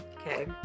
Okay